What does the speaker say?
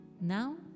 now